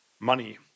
money